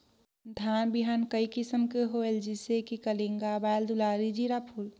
धान बिहान कई किसम के होयल जिसे कि कलिंगा, बाएल दुलारी, जीराफुल?